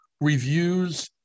reviews